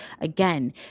Again